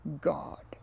God